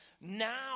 now